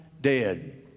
dead